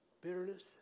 bitterness